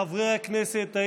חברי הכנסת,